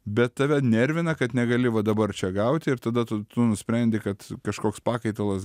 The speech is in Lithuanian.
bet tave nervina kad negali va dabar čia gauti ir tada tu tu nusprendi kad kažkoks pakaitalas